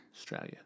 Australia